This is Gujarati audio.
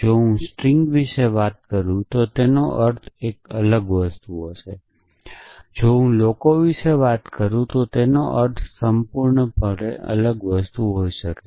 જો હું સ્ટ્રિંગ વિશે વાત કરું છું તો તેનો અર્થ એક અલગ વસ્તુ હશે જો હું લોકો વિશે વાત કરું છું તો તેનો અર્થ સંપૂર્ણપણે અલગ વસ્તુ હોઈ શકે છે